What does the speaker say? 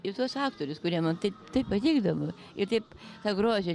į tuos aktorius kurie man taip patikdavo ir taip tą grožį